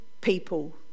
people